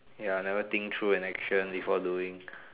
ya never think through an action before doing